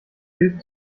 gilt